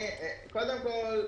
קודם כל,